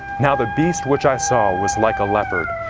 now the beast which i saw was like a leopard,